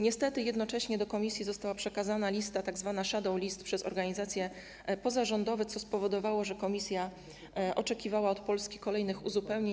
Niestety jednocześnie do Komisji została przekazana lista, tzw. shadow list, przez organizacje pozarządowe, co spowodowało, że Komisja oczekiwała od Polski kolejnych uzupełnień.